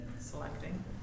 selecting